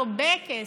הרבה כסף.